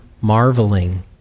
marveling